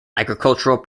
agricultural